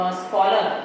scholar